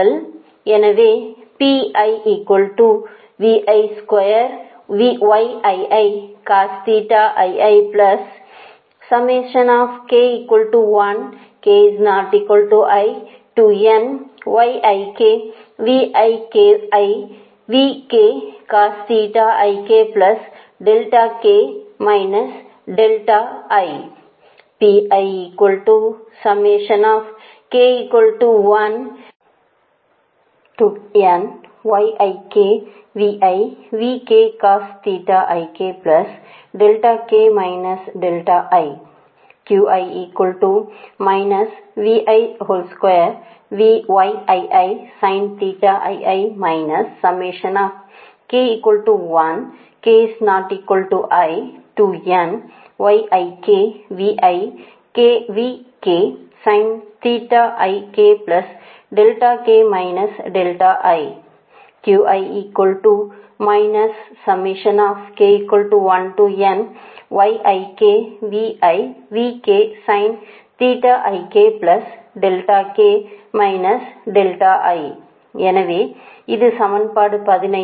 எனவே இது சமன்பாடு 15 மற்றும் இது சமன்பாடு 16